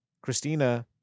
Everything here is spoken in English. Christina